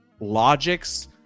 logics